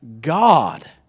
God